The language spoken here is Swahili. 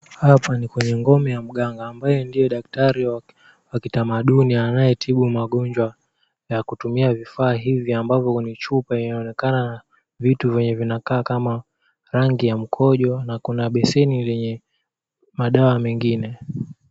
Hapa ni kwenye ngome ya mganga ambaye ndiye daktari wa kitamaduni anayetibu magonjwa na kutumia vifaa hivi ambavyo ni chupa inaonekana na vitu vinavyokaa kama rangi ya mkonjo na kuna beseni yenye madawa mengi.